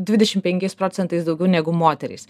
dvidešimt penkiais procentais daugiau negu moterys